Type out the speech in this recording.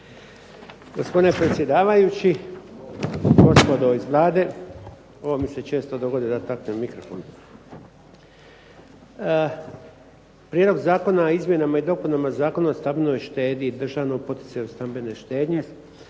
Gospodine predsjedavajući, gospodo iz Vlade, ovo mi se često dogodi da taknem mikrofon. Prijedlog zakona o izmjenama i dopunama Zakona o stambenoj štednji i državnom poticaju državne štednje